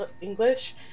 English